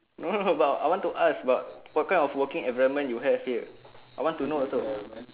no but I want to ask but what kind of working environment you have here I want to know also